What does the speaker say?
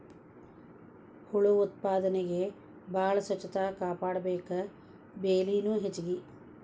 ಹುಳು ಉತ್ಪಾದನೆಗೆ ಬಾಳ ಸ್ವಚ್ಚತಾ ಕಾಪಾಡಬೇಕ, ಬೆಲಿನು ಹೆಚಗಿ